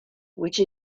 which